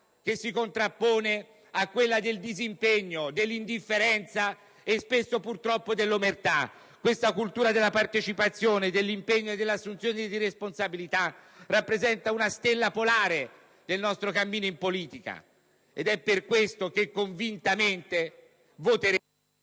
che si contrappone a quella del disimpegno, dell'indifferenza e spesso, purtroppo, dell'omertà. Questa cultura della partecipazione, dell'impegno e dell'assunzione di responsabilità rappresenta una stella polare del nostro cammino in politica, ed è per questo che convintamente voteremo